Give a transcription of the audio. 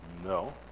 No